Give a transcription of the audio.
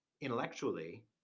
intellectually